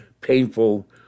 painful